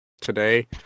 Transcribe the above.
today